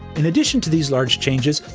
in addition to these large changes,